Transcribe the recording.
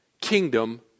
kingdom